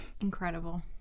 Incredible